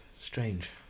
strange